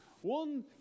One